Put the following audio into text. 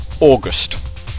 August